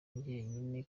njyenyine